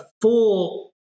full